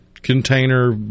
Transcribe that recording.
container